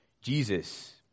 Jesus